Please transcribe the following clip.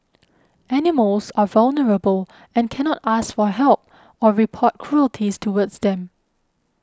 animals are vulnerable and cannot ask for help or report cruelties towards them